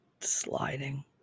sliding